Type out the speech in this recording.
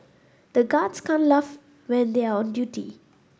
the guards can't laugh when they are on duty